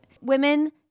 women